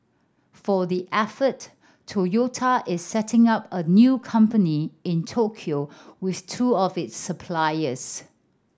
for the effort Toyota is setting up a new company in Tokyo with two of its suppliers